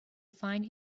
find